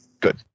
good